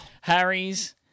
Harry's